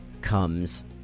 comes